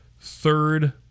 third